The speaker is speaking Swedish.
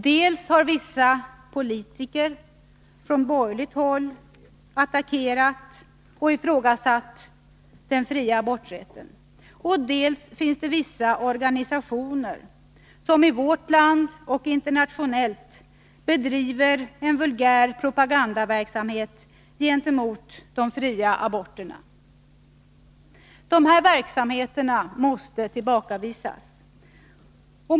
Dels har vissa politiker från borgerligt håll attackerat och ifrågasatt den fria aborträtten, dels bedriver vissa organisationer i vårt land och internationellt en vulgär propagandaverksamhet gentemot de fria aborterna. Dessa verksamheter måste tillbakavisas.